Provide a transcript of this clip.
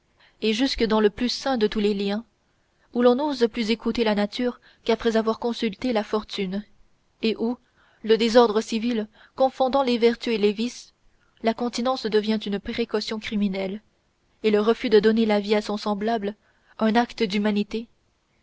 et jusque dans le plus saint de tous les liens où l'on n'ose plus écouter la nature qu'après avoir consulté la fortune et où le désordre civil confondant les vertus et les vices la continence devient une précaution criminelle et le refus de donner la vie à son semblable un acte d'humanité